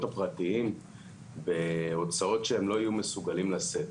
הפרטיים בהוצאות שהם לא יהיו מסוגלים לשאת.